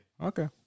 Okay